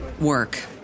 work